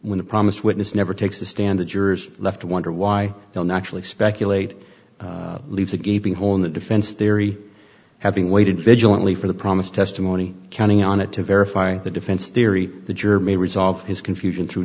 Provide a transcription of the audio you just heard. when the promised witness never takes the stand the jurors left to wonder why they'll naturally speculate leaves a gaping hole in the defense theory having waited to jointly for the promised testimony counting on it to verifying the defense theory the germy resolve his confusion through